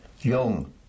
young